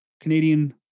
Canadian